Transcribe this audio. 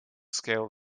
scale